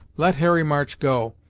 let harry march go.